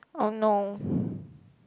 !oh no!